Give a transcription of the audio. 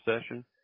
session